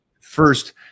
first